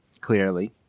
clearly